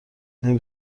نمی